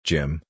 Jim